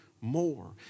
more